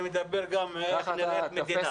אני מדבר גם על איך נראית מדינה.